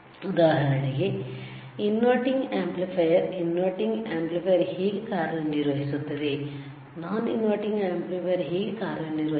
ಉದಾಹರಣೆಗೆ inverting amplifier inverting amplifier ಹೇಗೆ ಕಾರ್ಯನಿರ್ವಹಿಸುತ್ತದೆನಾನ್ ಇನ್ವರ್ಟಿಂಗ್ ಆಂಪ್ಲಿಫಯರ್ ಹೇಗೆ ಕಾರ್ಯನಿರ್ವಹಿಸುತ್ತದೆ